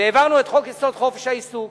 והעברנו את חוק-יסוד: חופש העיסוק,